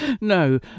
no